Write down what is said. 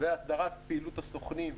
הסדרת פעילות הסוכנים,